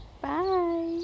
Bye